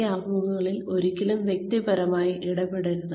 ഈ അഭിമുഖങ്ങളിൽ ഒരിക്കലും വ്യക്തിപരമായി ഇടപെടരുത്